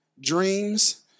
Dreams